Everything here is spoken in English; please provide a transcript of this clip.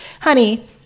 honey